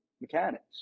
mechanics